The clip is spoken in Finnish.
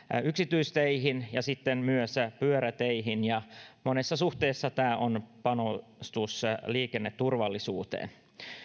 yksityisteihin ja sitten myös pyöräteihin ja monessa suhteessa tämä on panostus liikenneturvallisuuteen